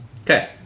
Okay